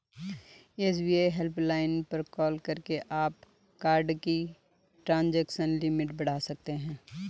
SBI helpline पर call करके आप कार्ड की ट्रांजैक्शन लिमिट बढ़ा सकते हैं